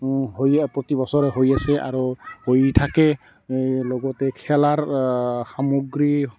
হৈয়ে প্ৰতি বছৰে হৈ আছে আৰু হৈ থাকে এই লগতে খেলাৰ সামগ্ৰী